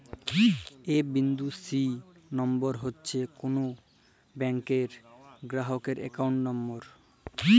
এ বিন্দু C number মালে হছে কল ব্যাংকের গেরাহকের একাউল্ট লম্বর